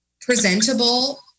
presentable